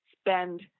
spend